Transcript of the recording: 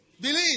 Believe